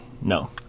no